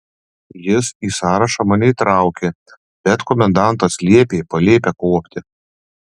jis į sąrašą mane įtraukė bet komendantas liepė palėpę kuopti